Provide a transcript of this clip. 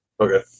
Okay